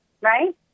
Right